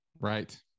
Right